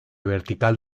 vertical